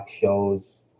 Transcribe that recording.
shows